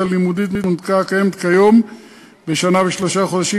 הלימודית במתכונת הקיימת כיום בשנה ושלושה חודשים,